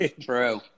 True